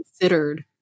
considered